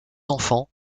enfants